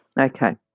Okay